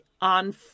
on